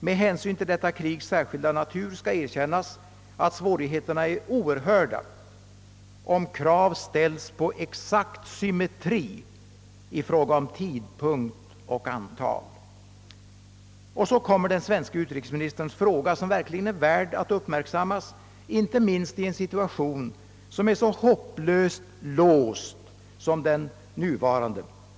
Med hänsyn till detta krigs särskilda natur skall erkännas, att svårigheterna är oerhörda om krav ställs på exakt symmetri i fråga om tidpunkt och antal.» Och så kommer den svenske utrikesministerns fråga, som verkligen är värd att uppmärksammas, inte minst i en situation som är så hopplöst låst som den nuvarande.